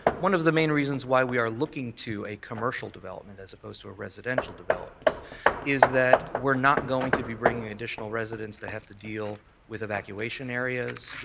one of the main reasons why we are looking to a commercial development, as opposed to a residential development is that we're not going to be bringing additional residents that have to deal with evacuation areas,